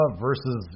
versus